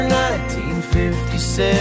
1957